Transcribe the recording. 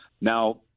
Now